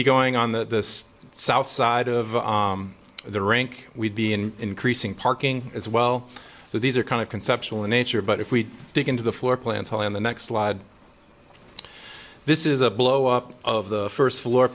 be going on the south side of the rink we'd be in increasing parking as well so these are kind of conceptual in nature but if we dig into the floor plan so in the next slide this is a blow up of the first floor